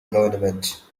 government